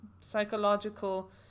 psychological